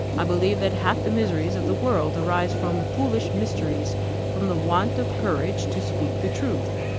i believe that half the miseries of the world arise from foolish mysteries from the want of courage to speak the truth.